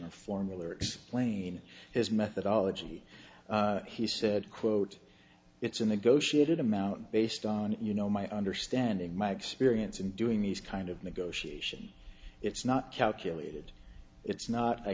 of formal or explain his methodology he said quote it's a negotiated amount based on you know my understanding my experience in doing these kind of negotiation it's not calculated it's not i